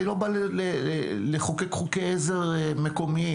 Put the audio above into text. אני לא בא לחוקק חוקי עזר מקומיים.